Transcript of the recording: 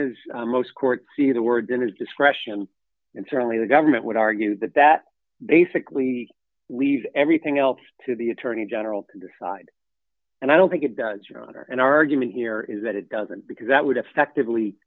soon as most courts see the word in its discretion and certainly the government would argue that that basically leaves everything else to the attorney general to decide and i don't think it does your honor an argument here is that it doesn't because that would effectively